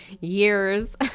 years